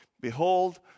behold